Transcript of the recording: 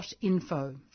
.info